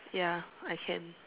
ya I can